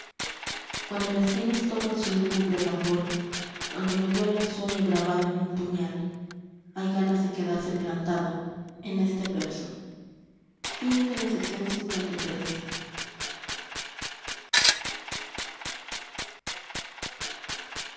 cuando las sienes tocan su lúgubre tambor cuando me duele el sueño grabado en un puñal hay ganas de quedarse plantado en este verso